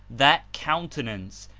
that countenance,